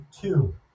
two